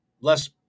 less